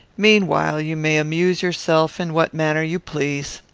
meanwhile you may amuse yourself in what manner you please.